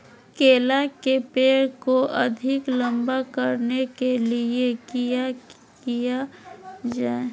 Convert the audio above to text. केला के पेड़ को अधिक लंबा करने के लिए किया किया जाए?